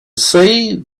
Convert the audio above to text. see